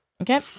Okay